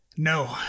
No